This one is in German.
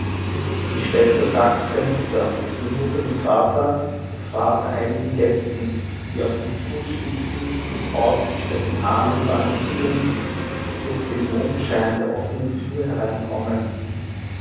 die schwester sagt's der mutter die mutter dem vater der vater einigen gästen die auf den fußspitzen mit ausgestreckten armen balancierend durch den mondschein der offenen tür hereinkommen